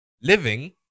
living